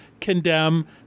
condemn